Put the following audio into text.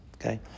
Okay